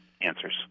answers